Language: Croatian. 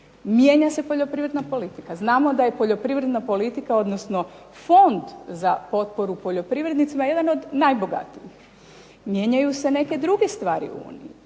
Mijenja se poljoprivredna politika, znamo da je poljoprivredna politika odnosno fond za potporu poljoprivrednicima jedan od najbogatijih. Mijenjanu se neke druge stvari u Uniji,